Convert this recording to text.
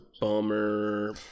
bummer